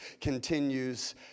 continues